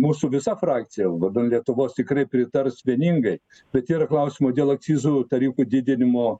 mūsų visa frakcija vardan lietuvos tikrai pritars vieningai bet yra klausimų dėl akcizų tarifų didinimo